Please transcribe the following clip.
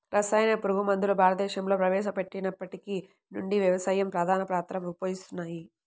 రసాయన పురుగుమందులు భారతదేశంలో ప్రవేశపెట్టినప్పటి నుండి వ్యవసాయంలో ప్రధాన పాత్ర పోషిస్తున్నాయి